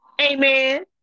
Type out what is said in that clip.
amen